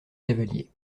cavaliers